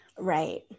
Right